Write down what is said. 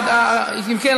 אם כן,